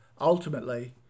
Ultimately